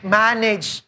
manage